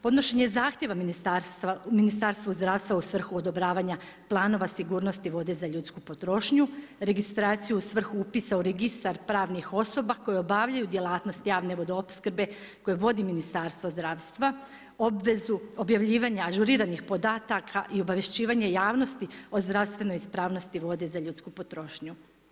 Podnošenje zahtjeva u Ministarstvu zdravstva u svrhu odobravanja planova sigurnosti vode za ljudsku potrošnju, registraciju u svrhu upisa u registar pravnih osoba koje obavljaju djelatnost javne vodoopskrbe koje vodi Ministarstvo zdravstva, objavljivanje ažuriranih podataka i obavješćivanje javnosti o zdravstvenoj ispravnosti vode za ljudsku potrošnju.